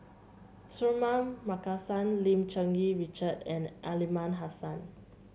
Suratman Markasan Lim Cherng Yih Richard and Aliman Hassan